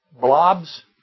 blobs